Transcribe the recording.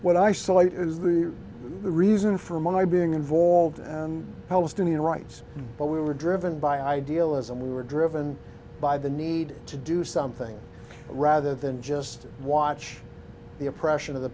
what i saw is the reason for my being involved and palestinian rights but we were driven by idealism we were driven by the need to do something rather than just watch the oppression of the